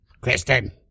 Kristen